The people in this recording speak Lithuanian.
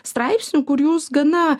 straipsniu kur jūs gana